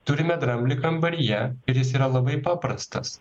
turime dramblį kambaryje ir jis yra labai paprastas